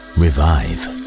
revive